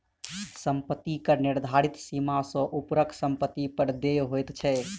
सम्पत्ति कर निर्धारित सीमा सॅ ऊपरक सम्पत्ति पर देय होइत छै